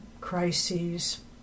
crises